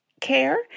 care